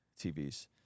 TVs